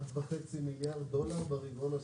1.5 מיליארד דולר ברבעון השלישי.